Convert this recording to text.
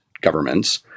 governments